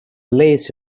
lace